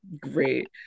great